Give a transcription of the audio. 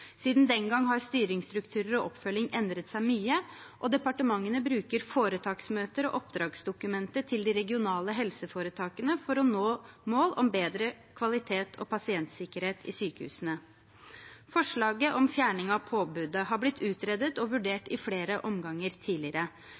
Siden den gang har styringsstrukturer og oppfølging endret seg mye, og departementet bruker foretaksmøter og oppdragsdokumenter til de regionale helseforetakene for å nå mål om bedre kvalitet og pasientsikkerhet i sykehusene. Forslaget om fjerning av påbudet har blitt utredet og vurdert i flere omganger tidligere.